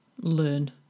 learn